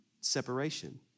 separation